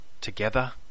together